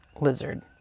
Lizard